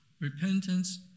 Repentance